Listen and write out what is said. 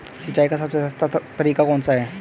सिंचाई का सबसे सस्ता तरीका कौन सा है?